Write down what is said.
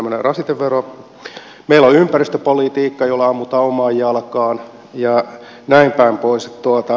meillä on ympäristöpolitiikka jolla ammutaan omaan jalkaan ja näin päin pois